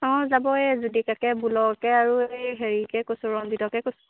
অঁ যাব এই জ্যোতিকাকে বুলকে আৰু এই হেৰিকে কৈছোঁ ৰঞ্জিতকে কৈছোঁ